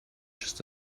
just